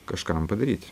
kažkam padaryt